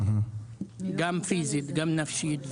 גם פיזית, גם נפשית.